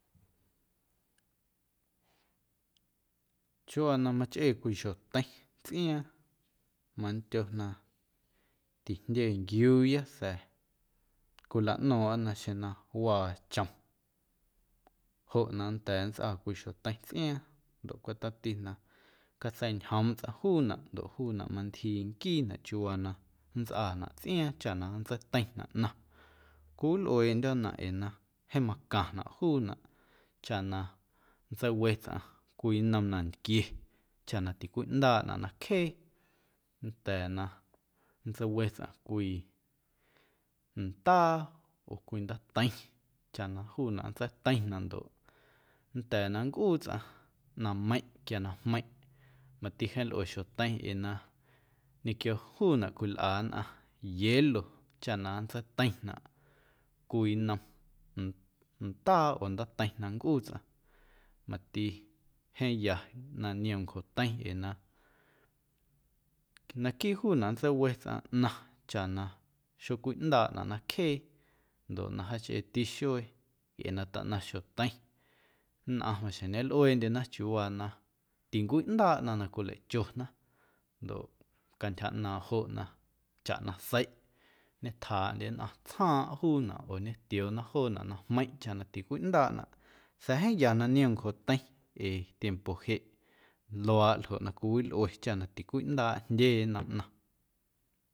Chiuuwaa na machꞌee cwii xjoteiⁿ tsꞌiaaⁿ mandyo na tijndye nquiuuya sa̱a̱ cwilaꞌno̱o̱ⁿꞌa na xeⁿ na waa chom joꞌ na nnda̱a̱ nntsꞌaa cwii xjoteiⁿ tsꞌiaaⁿ ndoꞌ cweꞌ tomti na catseiñjoomꞌ tsꞌaⁿ juunaꞌ ndoꞌ juunaꞌ mantyjii nquiinaꞌ chiuuwaa na nntsꞌaanaꞌ tsꞌiaaⁿ cha na nntseiteiⁿnaꞌ ꞌnaⁿ cwiwilꞌueeꞌndyo̱nnaꞌ ee na jeeⁿ macaⁿnaꞌ juunaꞌ chaꞌ na nntseiwe tsꞌaⁿ cwii nnom nantquie chaꞌ na ticwiꞌndaaꞌnaꞌ na cjee nnda̱a̱ na nntseiwe tsꞌaⁿ cwii ndaa oo cwii ndaateiⁿ chaꞌ na juunaꞌ nntseiteiⁿnaꞌ ndoꞌ nnda̱a̱ na nncꞌuu tsꞌaⁿ ꞌnaⁿmeiⁿꞌ quia na jmeiⁿꞌ. Mati jeeⁿ lꞌue xjoteiⁿ ee na ñequio juunaꞌ cwilꞌa nnꞌaⁿ hielo chaꞌ na nntseiteiⁿnaꞌ cwii nnom ndaa oo ndaateiⁿ na nncꞌuu tsꞌaⁿ mati jeeⁿ na niom ncjoteiⁿ ee na naquiiꞌ juunaꞌ nntseiwe tsꞌaⁿ ꞌnaⁿ chaꞌ na xocwiꞌndaaꞌnaꞌ na cjee ndoꞌ jaachꞌeeti xuee ee na taꞌnaⁿ xjoteiⁿ nnꞌaⁿ maxjeⁿ ñelꞌueeꞌndyena chiuuwaa na tincwiꞌndaaꞌ ꞌnaⁿ na cwileichona ndoꞌ cantyja ꞌnaaⁿꞌ joꞌ na chaꞌ na seiꞌ ñetjaaꞌndye nnꞌaⁿ tsjaaⁿꞌ juunaꞌ oo ñetioona joonaꞌ yuu na jmeiⁿꞌ chaꞌ na tincwiꞌndaaꞌnaꞌ sa̱a̱ jeeⁿ na niom ncjoteiⁿ ee tiempo jeꞌ luaaꞌ ljoꞌ na cwiwilꞌue chaꞌ na tincwiꞌndaaꞌ jndye nnom ꞌnaⁿ.